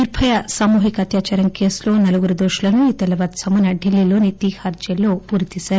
నిర్భయ సామూహిక అత్యాచారం కేసులో నలుగురు దోషులను ఈ తెల్లవారుఝామున ఢిల్లీ లోని తీహార్ జైల్లో ఉరి తీశారు